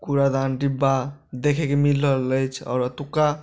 कूड़ादानके डिब्बा देखैके मिल रहल अछि आओर एतौका